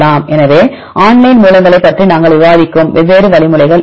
எனவே ஆன்லைன் மூலங்களைப் பற்றி நாங்கள் விவாதிக்கும் வெவ்வேறு வழிமுறைகள் யாவை